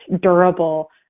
durable